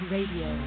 Radio